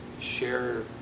share